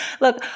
Look